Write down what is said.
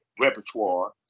repertoire